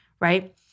right